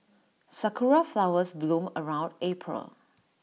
Sakura Flowers bloom around April